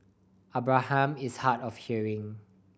Abraham is hard of hearing